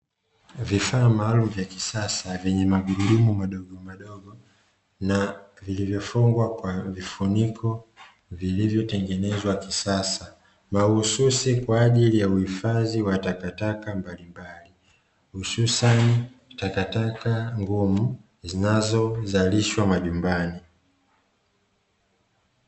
Vifaa maalumu vya kisasa vyenye magurudumu madogo madogo na vilivyofungwa kwa vifuniko vilivyotengenezwa kisasa, mahususi kwa uhifadhi wa takataka mbalimbali hususani takataka ngumu zinazozalishwa majumbani.